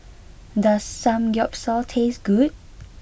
does Samgeyopsal taste good